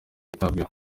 yitabweho